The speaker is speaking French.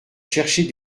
chercher